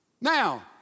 Now